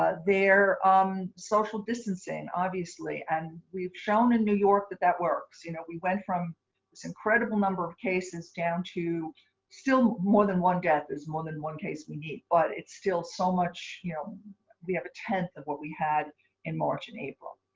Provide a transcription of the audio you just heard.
ah they're um social distancing obviously. and we've shown in new york that that works you know we went from this incredible number of cases down to still more than one death is more than one case we need. but it's still so much you know we have a tenth of what we had in march and april.